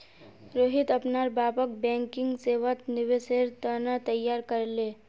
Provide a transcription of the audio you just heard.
रोहित अपनार बापक बैंकिंग सेवात निवेशेर त न तैयार कर ले